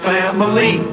family